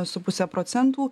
su puse procentų